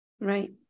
Right